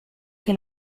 che